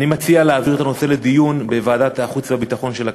אני מציע להעביר את הנושא לדיון בוועדת החוץ והביטחון של הכנסת,